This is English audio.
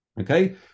Okay